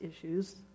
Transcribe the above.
issues